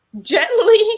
Gently